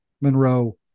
Monroe